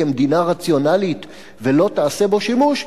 כמדינה רציונלית ולא תעשה בו שימוש,